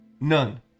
None